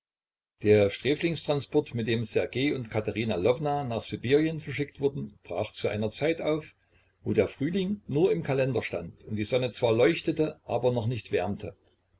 der sträflingstransport mit dem ssergej und katerina lwowna nach sibirien verschickt wurden brach zu einer zeit auf wo der frühling nur im kalender stand und die sonne zwar leuchtete aber noch nicht wärmte